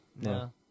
no